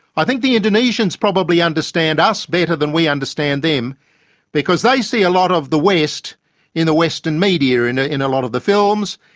i think the indonesians probably understand us better than we understand them because they see a lot of the west in the western and media, in ah in a lot of the films.